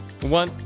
one